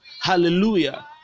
Hallelujah